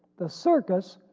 the circus,